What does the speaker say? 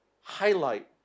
highlight